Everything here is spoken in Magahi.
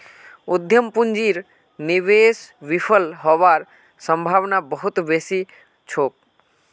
उद्यम पूंजीर निवेश विफल हबार सम्भावना बहुत बेसी छोक